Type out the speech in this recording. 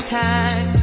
time